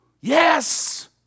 Yes